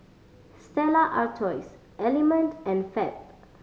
Stella Artois Element and Fab